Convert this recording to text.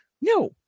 no